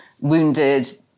wounded